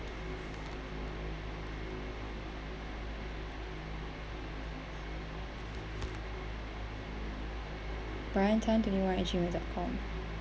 brian tan twenty one at gmail dot com